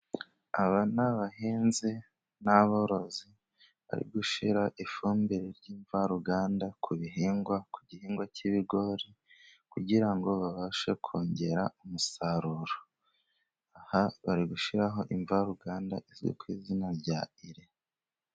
Aba n'abahinzi n'aborozi bari gushyira ifumbire y'imvaruganda ku bihingwa ku gihingwa cy'ibigori kugira ngo babashe kongera umusaruro .Aha bari gushyiraho imvaruganda izwi ku izina rya ire.